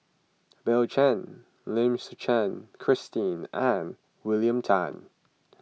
Bill Chen Lim Suchen Christine and William Tan